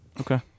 Okay